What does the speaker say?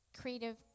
creative